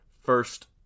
first